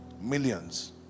Millions